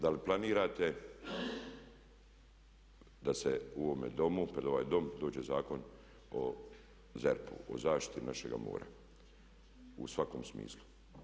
Da li planirate da se u ovome Domu, pred ovaj Dom dođe Zakon o ZERP-u, o zaštiti našega mora u svakom smislu?